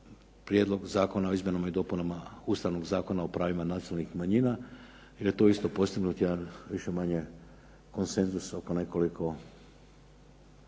Prijedlog zakona o izmjenama i dopunama Ustavnog zakona o pravima nacionalnih manjina jer je tu isto postignut jedan više-manje konsenzus oko nekoliko